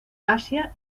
asia